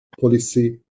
policy